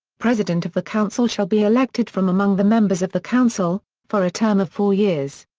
president of the council shall be elected from among the members of the council, for a term of four years.